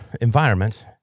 environment